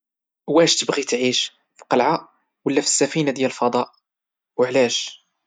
واش تبغي تعيش في القلعة ولى في سفينة ديال فضاء وعلاش؟